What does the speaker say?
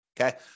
Okay